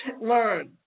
learn